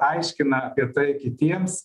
aiškina apie tai kitiems